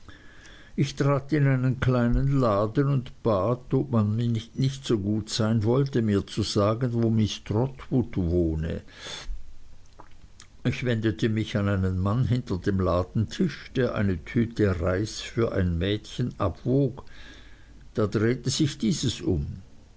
ich trat in einen kleinen laden und bat ob man nicht so gut sein wollte mir zu sagen wo miß trotwood wohne ich wendete mich an einen mann hinter dem ladentisch der eine tüte reis für ein mädchen abwog da drehte sich dieses um